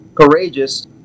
courageous